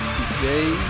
Today